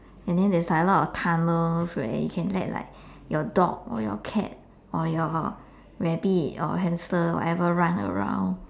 and then there's like a lot of tunnels where you can let like your dog or your cat or your rabbit or hamster or whatever run around